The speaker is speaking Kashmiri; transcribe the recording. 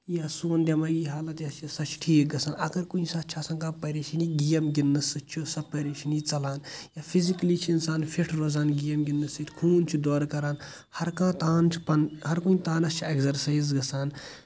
یا سون دٮ۪مٲغی حالت یۄس چھِ سۄ چھِ ٹھیٖک گژھان اگر کُنہِ ساتہٕ چھِ آسان کانٛہہ پریشٲنی گیم گنٛدنہٕ سۭتۍ چھُ سۄ پریشٲنی ژلان یا فِزیٚکٔلی چھِ انسان فٹ روزان گیم گنٛدنہٕ سۭتۍ خوٗن چھُ دورٕ کران ہر کانٛہہ تان چھُ پنُن ہر کُنہِ تانس چھِ ایٚکزرسایز گژھان